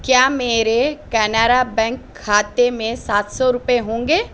کیا میرے کینرا بینک کھاتے میں سات سو روپئے ہوں گے